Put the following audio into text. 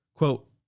Quote